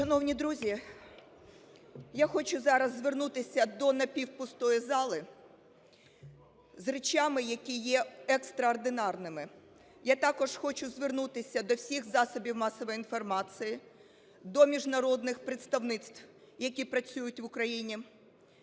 Шановні друзі! Я хочу зараз звернутися до напівпустої зали з речами, які є екстраординарними. Я також хочу звернутися до всіх засобів масової інформації, до міжнародних представництв, які працюють в Україні,